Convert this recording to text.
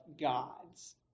God's